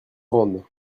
grande